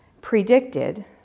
predicted